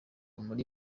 muri